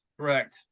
correct